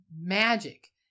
Magic